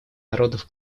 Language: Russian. народов